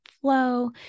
flow